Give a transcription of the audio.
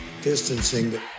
distancing